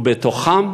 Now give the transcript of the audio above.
ובתוכם